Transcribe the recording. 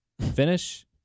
finish